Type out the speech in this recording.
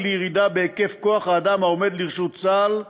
לירידה בהיקף כוח האדם העומד לרשות צה"ל,